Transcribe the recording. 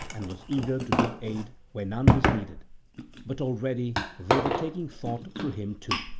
and was eager to give aid where none was needed but already they were taking thought for him too.